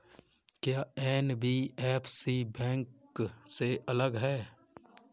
क्या NBFC bank से अलग है?